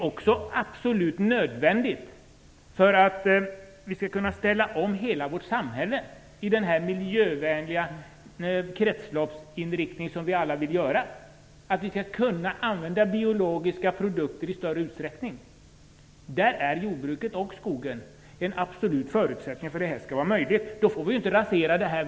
Om vi skall kunna ställa om hela vårt samhälle i den miljövänliga kretsloppsinriktning som vi alla vill är det absolut nödvändigt att vi använder biologiska produkter i större utsträckning. Jordbruket och skogen är en absolut förutsättning för att detta skall vara möjligt. Då får vi inte rasera det vi har.